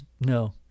no